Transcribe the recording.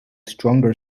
stronger